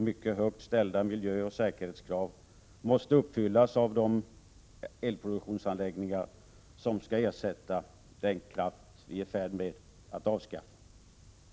Mycket högt ställda miljöoch säkerhetskrav måste uppfyllas av de elproduktionsanläggningar som skall ersätta den kraft vi är i färd med att — Prot. 1987/88:42 avskaffa.